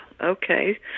okay